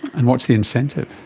and what's the incentive?